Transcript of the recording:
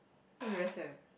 that's very sad leh